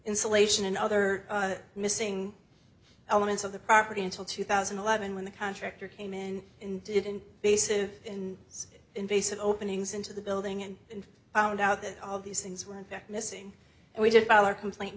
insulation and other missing elements of the property until two thousand and eleven when the contractor came in and didn't bases in invasive openings into the building and found out that all of these things were in fact missing and we did balor complain